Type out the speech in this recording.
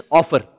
offer